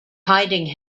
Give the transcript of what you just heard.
hiding